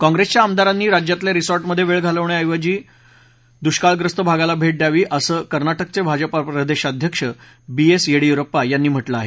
काँग्रेसच्या आमदारांनी रिसॉर्टमध्ये वेळ घालवण्याऐवजी राज्यातल्या दुष्काळग्रस्त भागाला भेट द्यावी असं कर्नाटकाचे भाजपा प्रदेशाध्यक्ष बी एस येडुरप्पा यांनी म्हटलं आहे